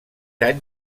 any